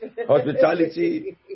Hospitality